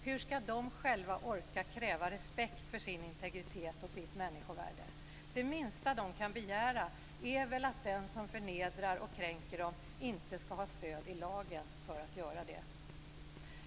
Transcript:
Hur ska de själva orka kräva respekt för sin integritet och sitt människovärde? Det minsta de kan begära är väl att den som förnedrar och kränker dem inte ska ha stöd i lagen för att göra det.